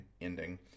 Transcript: ending